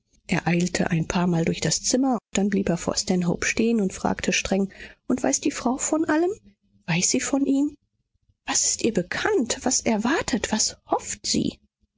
eilte ein paarmal durch das zimmer dann blieb er vor stanhope stehen und fragte streng und weiß die frau von allem weiß sie von ihm was ist ihr bekannt was erwartet was hofft sie